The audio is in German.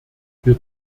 wir